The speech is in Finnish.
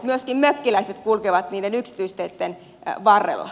myöskin mökkiläiset kulkevat niiden yksityisteitten varrella